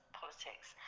politics